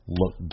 look